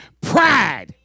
pride